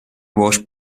was